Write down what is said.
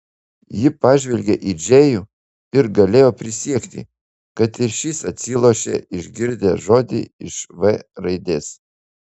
ji pažvelgė į džėjų ir galėjo prisiekti kad ir šis atsilošė išgirdęs žodį iš v raidės